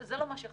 זה לא מה שחשוב,